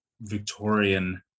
Victorian